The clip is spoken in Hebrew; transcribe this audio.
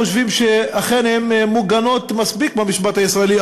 חושבים שאכן הן מוגנות מספיק במשפט הישראלי,